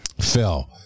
Phil